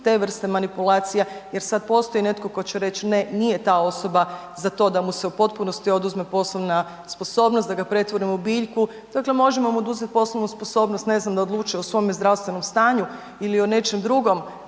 te vrste manipulacija jer sad postoji netko tko će reć ne, nije ta osoba za to da mu se u potpunosti oduzme poslovna sposobnost, da ga pretvorimo u biljku, dakle možemo mu oduzet poslovnu sposobnost, ne znam, da odlučuje o svome zdravstvenom stanju ili o nečem drugom,